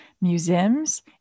museums